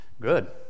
good